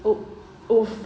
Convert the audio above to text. !oof! !oof!